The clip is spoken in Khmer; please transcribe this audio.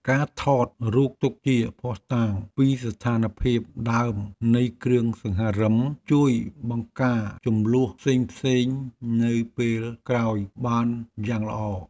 ការថតរូបទុកជាភស្តុតាងពីស្ថានភាពដើមនៃគ្រឿងសង្ហារិមជួយបង្ការជម្លោះផ្សេងៗនៅពេលក្រោយបានយ៉ាងល្អ។